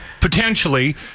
potentially